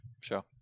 Sure